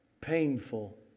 Painful